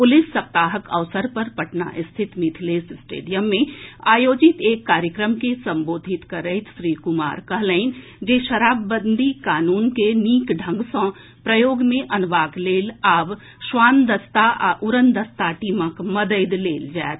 police सप्ताहक अवसर पर पटना स्थित मिथिलेश स्टेडियम मे आयोजित एक कार्यक्रम के संबोधित करैत श्री कुमार कहलनि जे शराबबंदी कानून के नीक ढंग सँ प्रयोग मे अनबाक लेल आब स्वानदस्ता आ उड़नदस्ता टीमक मददि लेल जाएत